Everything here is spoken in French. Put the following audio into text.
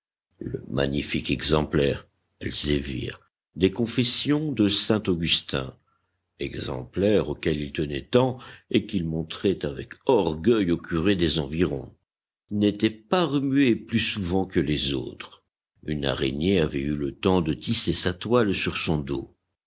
le magnifique exemplaire elzévir des confessions de saint augustin exemplaire auquel il tenait tant et qu'il montrait avec orgueil aux curés des environs n'était pas remué plus souvent que les autres une araignée avait eu le temps de tisser sa toile sur son dos